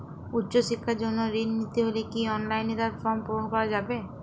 উচ্চশিক্ষার জন্য ঋণ নিতে হলে কি অনলাইনে তার ফর্ম পূরণ করা যাবে?